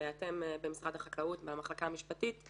ואתם במחלקה המשפטית של משרד החקלאות